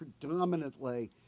predominantly